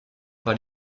par